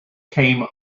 came